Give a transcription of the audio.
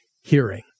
hearing